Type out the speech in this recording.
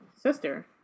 sister